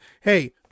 Hey